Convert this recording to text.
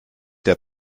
der